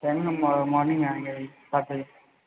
कहे ना हम मॉर्निंग में आएंगे आठ बजे